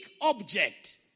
object